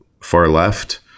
far-left